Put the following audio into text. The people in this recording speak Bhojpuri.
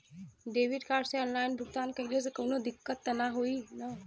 डेबिट कार्ड से ऑनलाइन भुगतान कइले से काउनो दिक्कत ना होई न?